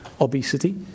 obesity